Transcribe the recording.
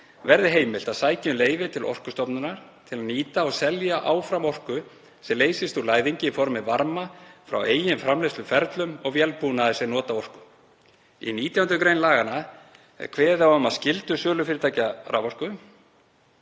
verði heimilt að sækja um leyfi til Orkustofnunar til að nýta og selja áfram orku sem leysist úr læðingi í formi varma frá eigin framleiðsluferlum og vélbúnaði sem nota orku. Í 19. gr. laganna er kveðið á um skyldur sölufyrirtækja raforku.